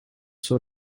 suo